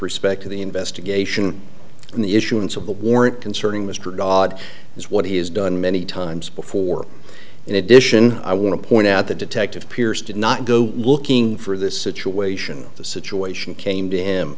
respect to the investigation and the issuance of the warrant concerning mr dodd is what he has done many times before in addition i want to point out the detective pierce did not go looking for this situation the situation came to him